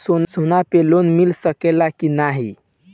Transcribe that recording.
सोना पे लोन मिल सकेला की नाहीं?